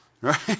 Right